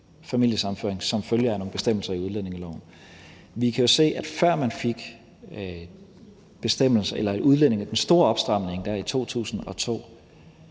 som følge af nogle bestemmelser i udlændingeloven. Vi kan jo se, at før man fik den store opstramning der i 2002,